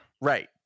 right